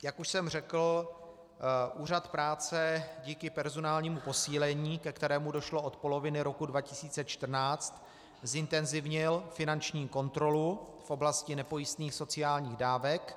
Jak už jsem řekl, Úřad práce díky personálnímu posílení, ke kterému došlo od poloviny roku 2014, zintenzivnil finanční kontrolu v oblasti nepojistných sociálních dávek.